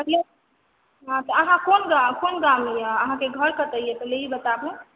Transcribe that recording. हँ तऽ अहाँ कोन गाम यऽ अहाँके घर कतऽ यऽ पहिले ई बताबू